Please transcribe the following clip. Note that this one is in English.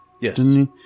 Yes